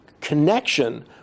connection